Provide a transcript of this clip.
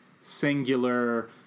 singular